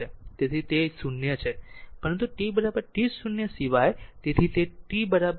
તેથી તે 0 છે પરંતુ t t0 સિવાય